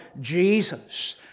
Jesus